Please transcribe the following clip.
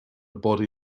body